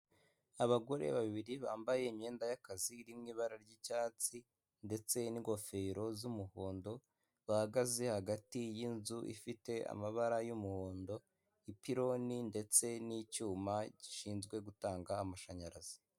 Abagore babiri bambaye imyenda y'akazi iri mu ibara ry'icyatsi ndetse n'ingofero z'umuhondo, bahagaze hagati y'inzu ifite amabara y'umuhondo, ipironi ndetse n'icyuma gishinzwe gutanga amashanyarazi.